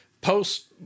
post